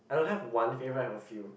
I don't have one favourite I have a few